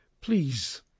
please